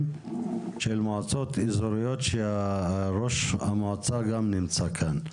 של מועצות אזוריות שראש המועצה גם נמצא כאן.